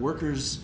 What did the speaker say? workers